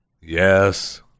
Yes